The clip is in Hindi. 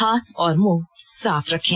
हाथ और मुंह साफ रखें